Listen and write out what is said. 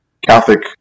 Catholic